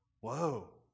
whoa